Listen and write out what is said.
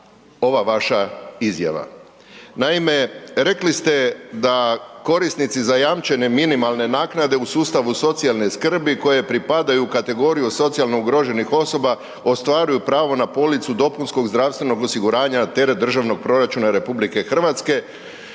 ova vaša izjava. Naime, rekli ste da korisnici zajamčene minimalne naknade u sustavu socijalne skrbi koje pripada u kategoriju socijalno ugroženih osoba, ostvaruju pravo na policu dopunskog zdravstvenog osiguranja na teret državnog proračuna RH i Vlada